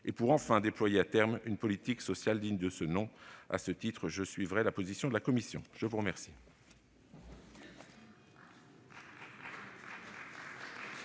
de pouvoir enfin déployer, à terme, une politique sociale digne de ce nom. À ce titre, je suivrai la position de la commission. La parole